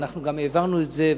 ואנחנו גם העברנו את זה,